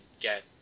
get